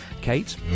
Kate